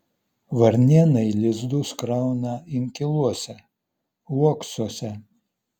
varnėnai lizdus krauna inkiluose uoksuose